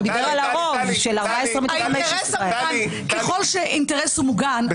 הוא דיבר על הרוב של 14 מתוך 15. ככל שאינטרס הוא מוגן,